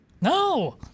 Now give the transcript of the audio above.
no